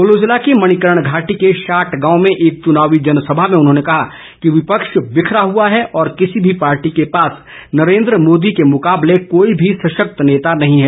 कुल्लू जिला की मणिकर्ण घाटी के शाट गांव में एक चुनाव जनसभा में उन्होंने कहा कि विपक्ष बिखरा हुआ है और किसी भी पार्टी के पास नरेन्द्र मोदी के मुकाबले कोई भी सशक्त नेता नहीं है